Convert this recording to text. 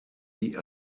die